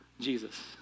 Jesus